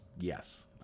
yes